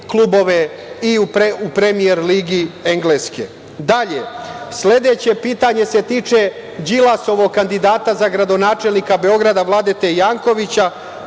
i u Premijer ligi Engleske. Sledeće pitanje se tiče Đilasovog kandidata za gradonačelnika Beograda, Vladete Jankovića.